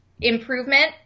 improvement